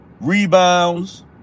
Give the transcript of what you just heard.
rebounds